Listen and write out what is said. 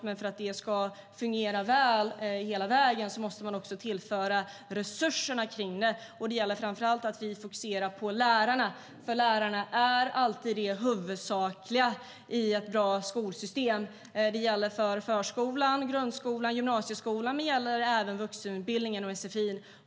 Men för att det ska fungera väl hela vägen måste man tillföra resurser. Det gäller framför allt att vi fokuserar på lärarna, för de är alltid det huvudsakliga i ett bra skolsystem. Det gäller förskolan, grundskolan och gymnasieskolan, men det gäller även vuxenutbildningen och sfi:n.